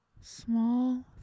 small